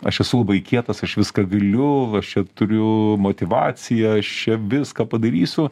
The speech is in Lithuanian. aš esu labai kietas aš viską galiu aš čia turiu motyvaciją aš čia viską padarysiu